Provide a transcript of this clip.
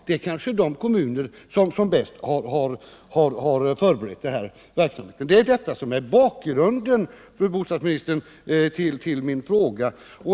Det är kanske de kommuner som bäst har förberett verksamheten. Det är detta som är bakgrunden, fru bostadsminister, till min fråga.